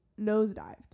nosedived